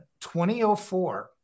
2004